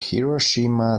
hiroshima